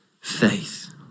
faith